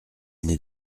n’est